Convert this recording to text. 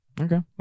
Okay